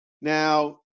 Now